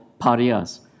parias